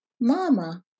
mama